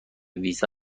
ویزا